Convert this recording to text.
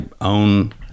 own